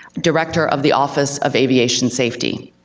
director of the office of aviation safety.